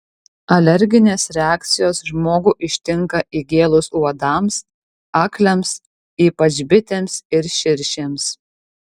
alerginės reakcijos žmogų ištinka įgėlus uodams akliams ypač bitėms ir širšėms